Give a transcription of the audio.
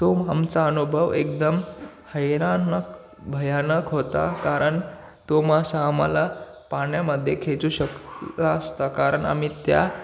तो आमचा अनुभव एकदम हैराण भयानक होता कारण तो मासा आम्हाला पाण्यामध्ये खेचू शकला असता कारण आम्ही त्या